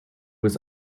was